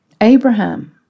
Abraham